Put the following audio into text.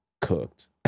cooked